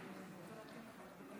התמיכה הייתה מצד אל צד בכל הבית הזה.